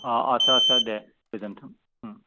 आटसा आटसा दे गोजोनथों